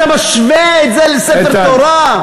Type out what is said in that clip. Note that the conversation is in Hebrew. אתה משווה את זה לספר תורה?